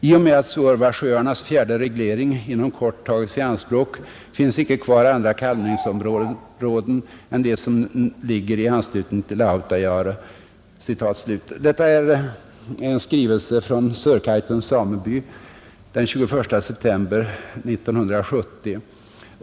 I och med att Suorvasjöarnas fjärde reglering inom kort tages i anspråk finnes icke kvar andra kalvningsområden än de som ligger i anslutning till Autajaure.” Detta är hämtat ur en skrivelse från Sörkaitums sameby av den 21 september 1970.